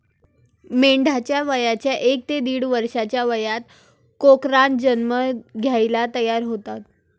मेंढ्या वयाच्या एक ते दीड वर्षाच्या वयात कोकरांना जन्म द्यायला तयार होतात